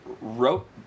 wrote